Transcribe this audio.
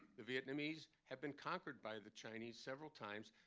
the vietnamese had been conquered by the chinese several times.